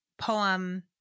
poem